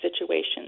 situations